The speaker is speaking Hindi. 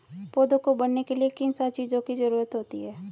पौधों को बढ़ने के लिए किन सात चीजों की जरूरत होती है?